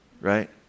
right